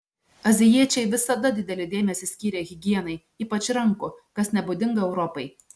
azijiečiai visada didelį dėmesį skyrė higienai ypač rankų kas nebūdinga europai